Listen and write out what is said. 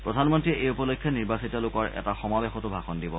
প্ৰধানমন্ত্ৰীয়ে এই উপলক্ষে নিৰ্বাচিত লোকৰ এটা সমাবেশতো ভাষণ দিব